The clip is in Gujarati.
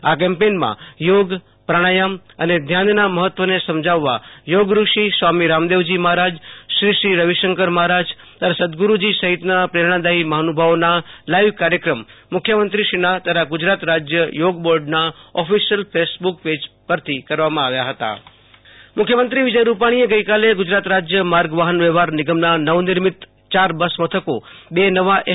આ કેમ્પેઈનમાં યોગપ્રાણાયામ અને ધ્યાનના મહત્ત્વને સમજાવવા યોગઋષિ સ્વામિ રામદેવજી મહારાજશ્રી શ્રી રવિશંકર મહારાજ તથા સદ્ગુરૂજી સહિતના પ્રેરણાદાયી મહાનુ ભાવોના લાઈવ કાર્યક્રમ મુખ્યમંત્રીના તથા ગુજરાત રાજ્ય યોગ બોર્ડના ઓફિશિયલ ફેસબુક પેજથી કરવામાં આવ્યા હતા આશુ તોષ અંતાણી મુ ખ્યમં ત્રીઃલોકા ર્પણઃ મુખ્યમંત્રી વિજય રૂપાણીએ ગઈકાલે ગુજરાત રાજ્ય માર્ગ વાહનવ્યવહાર નિગમના નવનિર્મિત ચાર બસમથકોબે નવા એસ